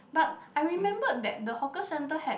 but I remembered that the hawker centre had